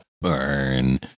burn